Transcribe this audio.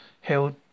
held